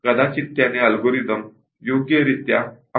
कदाचित त्याने अल्गोरिदम योग्यरित्या अंमलात आणले नाही